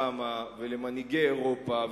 לנשיא ארצות-הברית אובמה ולמנהיגי אירופה,